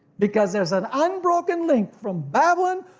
because there's an unbroken link from babylon,